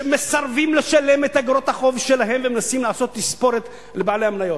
שמסרבים לשלם את איגרות החוב שלהם ומנסים לעשות תספורת לבעלי המניות.